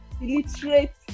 illiterate